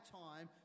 time